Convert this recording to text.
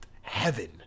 heaven